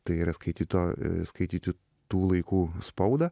tai yra skaityto skaityti tų laikų spaudą